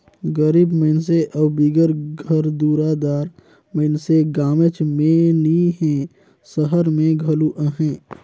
गरीब मइनसे अउ बिगर घर दुरा दार मइनसे गाँवेच में नी हें, सहर में घलो अहें